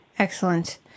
Excellent